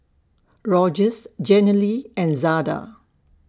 Rogers Jenilee and Zada